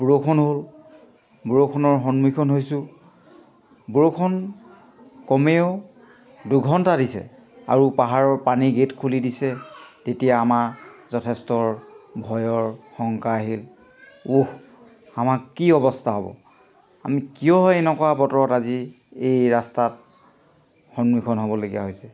বৰষুণ হ'ল বৰষুণৰ সন্মুখীন হৈছোঁ বৰষুণ কমেও দুঘণ্টা দিছে আৰু পাহাৰৰ পানী গেট খুলি দিছে তেতিয়া আমাৰ যথেষ্ট ভয়ৰ শংকা আহিল ওফ আমাক কি অৱস্থা হ'ব আমি কিয় হয় এনেকুৱা বতৰত আজি এই ৰাস্তাত সন্মুখীন হ'বলগীয়া হৈছে